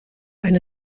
eine